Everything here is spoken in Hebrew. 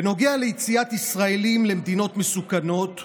בנוגע ליציאת ישראלים למדינות מסוכנות,